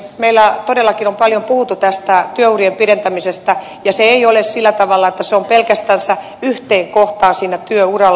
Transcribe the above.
meillä todellakin on paljon puhuttu tästä työurien pidentämisestä ja se ei ole sillä tavalla että se tulee pelkästänsä yhteen kohtaan siinä työuralla